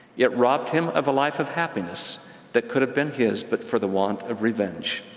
it robbed him of a life of happiness that could have been his, but for the want of revenge.